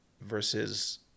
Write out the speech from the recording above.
Versus